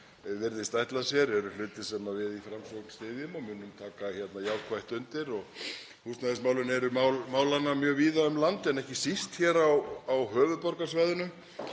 virðist ætla sér eru hlutir sem við í Framsókn styðjum og munum taka jákvætt undir. Húsnæðismálin eru mál málanna mjög víða um land en ekki síst hér á höfuðborgarsvæðinu